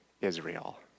Israel